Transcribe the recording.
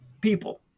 people